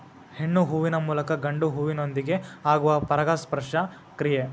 ಹೆಣ್ಣು ಹೂವಿನ ಮೂಲಕ ಗಂಡು ಹೂವಿನೊಂದಿಗೆ ಆಗುವ ಪರಾಗಸ್ಪರ್ಶ ಕ್ರಿಯೆ